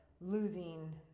losing